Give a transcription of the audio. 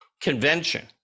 convention